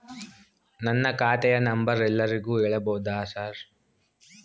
ನನ್ನ ಖಾತೆಯ ನಂಬರ್ ಎಲ್ಲರಿಗೂ ಹೇಳಬಹುದಾ ಸರ್?